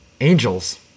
Angels